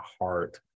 heart